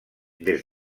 des